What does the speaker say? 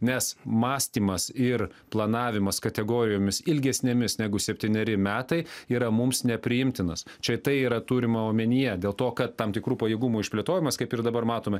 nes mąstymas ir planavimas kategorijomis ilgesnėmis negu septyneri metai yra mums nepriimtinas čia tai yra turima omenyje dėl to kad tam tikrų pajėgumų išplėtojimas kaip ir dabar matome